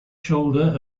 shoulder